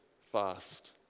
fast